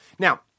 Now